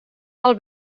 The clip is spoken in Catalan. del